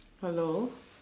hello